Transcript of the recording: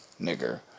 nigger